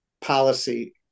policy